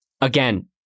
again